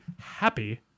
happy